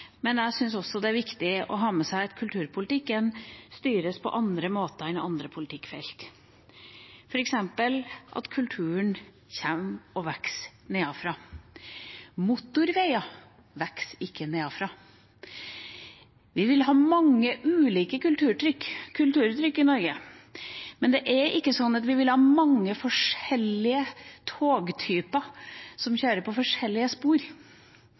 men jeg syns også det er viktig å ha med seg at kulturpolitikken styres på andre måter enn andre politikkfelt, f.eks. at kulturen kommer og vokser nedenfra. Motorveier vokser ikke nedenfra. Vi vil ha mange ulike kulturuttrykk i Norge, men det er ikke sånn at vi vil ha mange forskjellige togtyper som kjører på forskjellige spor.